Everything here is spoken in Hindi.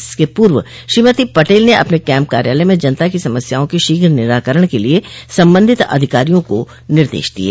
इसके पूर्व श्रीमती पटेल ने अपने कैम्प कार्यालय में जनता की समस्याओं के शीघ्र निराकरण के लिए सम्बन्धित अधिकारियों को निर्देश दिये